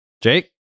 Jake